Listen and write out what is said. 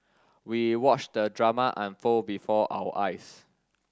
we watched the drama unfold before our eyes